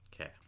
okay